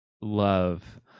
love